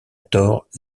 tort